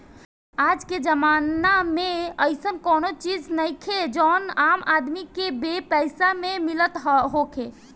आजके जमाना में अइसन कवनो चीज नइखे जवन आम आदमी के बेपैसा में मिलत होखे